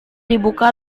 dibuka